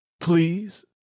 please